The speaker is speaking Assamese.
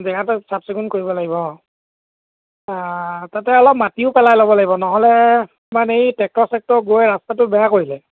জেগাটো চাফচিকুণ কৰিব লাগিব অঁ তাতে অলপ মাটিও পেলাই ল'ব লাগিব নহ'লে মানে এই ট্ৰেক্টৰ চেক্টৰ গৈ ৰাস্তাটো বেয়া কৰিলে